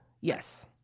Yes